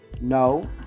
no